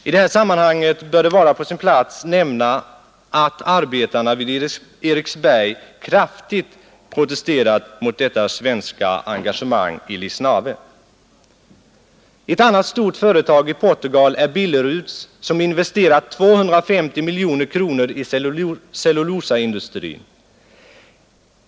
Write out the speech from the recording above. I det här sammanhanget bör det vara på sin plats att nämna att arbetarna vid Eriksberg kraftigt protesterat mot detta svenska engagemang i Lisnave. Ett annat stort företag i Portugal är Billeruds AB, som investerat 250 miljoner kronor i cellulosaindustrin.